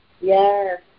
Yes